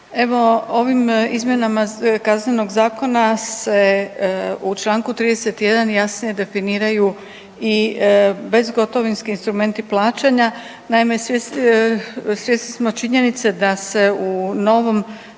ovim izmjenama Kaznenoga zakona se u čl. 31 jasnije definiraju u bezgotovinski instrumenti plaćanja. Naime, svjesni smo činjenice da se u novom